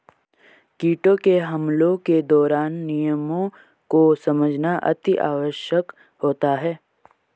कीटों के हमलों के दौरान नियमों को समझना अति आवश्यक होता है